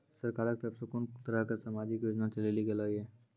सरकारक तरफ सॅ कून कून तरहक समाजिक योजना चलेली गेलै ये?